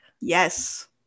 yes